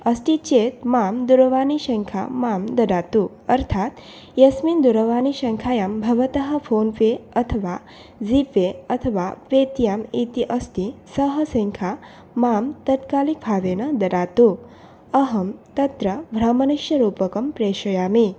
अस्ति चेत् माम् दूरवाणीसंख्यां मां ददातु अर्थात् यस्मिन् दूरवाणीसंख्यां भवतः फ़ोन् पे अथवा ज़ी पे अथवा पे ती एम् इति अस्ति सा संख्या माम् तत्कालीभावेन ददातु अहं तत्र भ्रमणस्य रूप्यकं प्रेषयामि